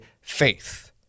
faith